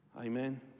Amen